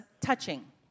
touching